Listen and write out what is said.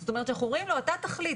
זאת אומרת שאנחנו אומרים לו: אתה תחליט.